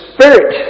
Spirit